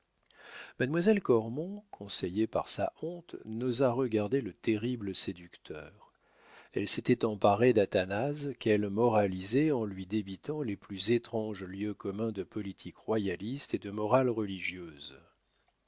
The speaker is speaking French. mademoiselle cormon conseillée par sa honte n'osa regarder le terrible séducteur elle s'était emparée d'athanase qu'elle moralisait en lui débitant les plus étranges lieux communs de politique royaliste et de morale religieuse